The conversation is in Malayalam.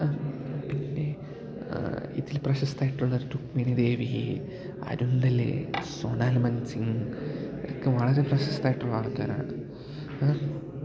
പിന്നെ ഇതില് പ്രശസ്തായായിട്ടുള്ളൊരു രുക്മിണി ദേവി അരുന്തലേ സോണാൽ മൻസിംഗ് ഇവരൊക്കെ വളരെ പ്രശസ്തരായിട്ടുള്ള ആൾക്കാരാണ്